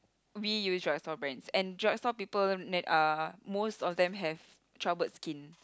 we use drugstore brands and drugstore people ne~ uh most of them have troubled skin